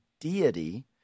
deity